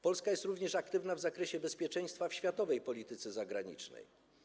Polska jest również aktywna w zakresie bezpieczeństwa w światowej polityce zagranicznej.